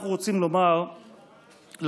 אנחנו רוצים לומר לציבור